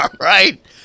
right